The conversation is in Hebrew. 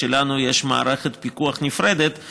שלנו יש מערכת פיקוח נפרדת,